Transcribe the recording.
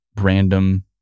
random